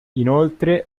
inoltre